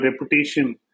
reputation